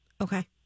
Okay